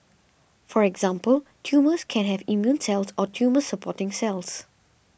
for example tumours can have immune cells or tumour supporting cells